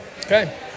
Okay